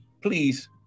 Please